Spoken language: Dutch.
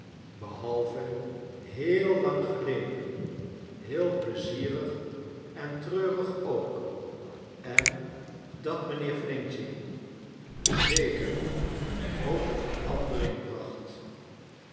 behalve heel lang geleden heel plezierig en treurig ook en dat mijnheer f zeker een groote verandering bracht